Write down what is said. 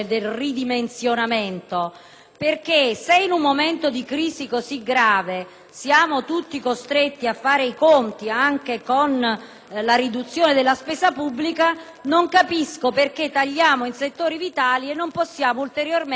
perché se in un momento di crisi così grave siamo tutti costretti a fare i conti con la riduzione della spesa pubblica, non capisco perché tagliamo in settori vitali e non possiamo ulteriormente ridimensionare - naturalmente